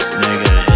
nigga